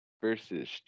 Versus